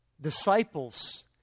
disciples